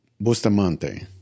Bustamante